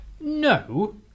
No